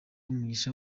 umugisha